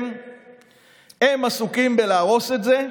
הם עסוקים בלהרוס את זה,